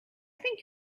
think